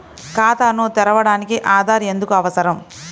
ఖాతాను తెరవడానికి ఆధార్ ఎందుకు అవసరం?